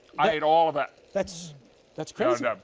i ate all that. that's that's crazy.